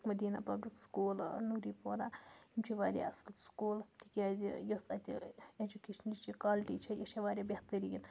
مٔدیٖنہ public school Noori Pora یِم چھِ واریاہ اَصٕل سکوٗل تِکیٛازِ یُس اَتہِ اٮ۪جوکیشنٕچ یہِ کالٹی چھےٚ یہِ چھےٚ واریاہ بہتریٖن